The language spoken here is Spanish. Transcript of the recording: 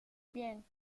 bien